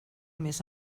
més